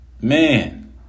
Man